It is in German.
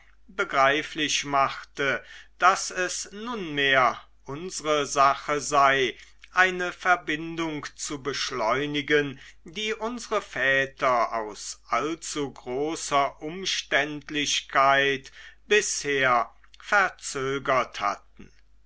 begreiflich machte daß es nunmehr unsre sache sei eine verbindung zu beschleunigen die unsre väter aus allzugroßer umständlichkeit bisher verzögert hatten